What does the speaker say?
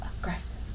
aggressive